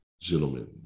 gentlemen